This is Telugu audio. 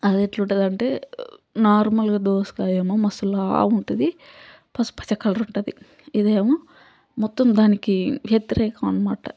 అది ఎట్ల ఉంటుంది అంటే నార్మల్గా దోసకాయ ఏమో మస్త్ లావు ఉంటుంది పసుపచ్చ కలర్ ఉంటుంది ఇదేమో మొత్తం దానికి వ్యతిరేకం అనమాట